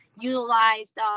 utilized